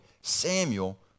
Samuel